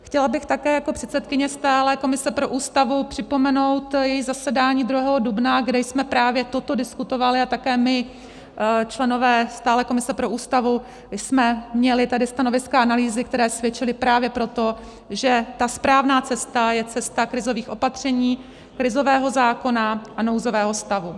Chtěla bych také jako předsedkyně stálé komise pro Ústavu připomenout její zasedání 2. dubna, kde jsme právě toto diskutovali, a také my, členové stálé komise pro Ústavu, jsme měli tady stanoviska a analýzy, které svědčily právě pro to, že ta správná cesta je cesta krizových opatření, krizového zákona a nouzového stavu.